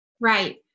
Right